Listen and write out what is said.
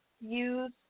use